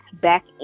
back